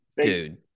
dude